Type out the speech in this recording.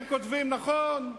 הם כותבים: נכון,